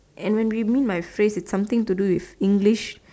and when we meant by phrase it something to do with English